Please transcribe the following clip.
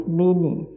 meaning